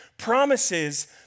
promises